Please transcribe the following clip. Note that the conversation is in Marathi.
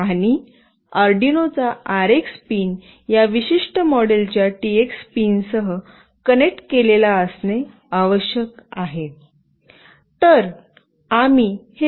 आणि आर्डिनो चा आरएक्स पिन या विशिष्ट मॉडेलच्या टीएक्स पिनसह कनेक्ट केलेला असणे आवश्यक आहे